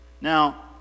now